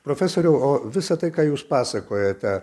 profesoriau o visa tai ką jūs pasakojate